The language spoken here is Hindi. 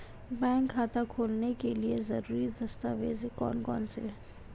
बैंक खाता खोलने के लिए ज़रूरी दस्तावेज़ कौन कौनसे हैं?